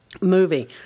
movie